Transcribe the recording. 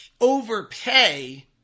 overpay